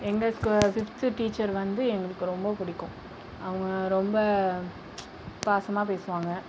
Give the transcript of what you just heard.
எங்கள் fifth teacher வந்து எங்களுக்கு ரொம்ப பிடிக்கும் அவங்க ரொம்ப பாசமாக பேசுவாங்கள்